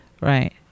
Right